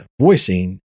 voicing